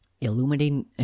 Illuminating